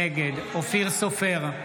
נגד אופיר סופר,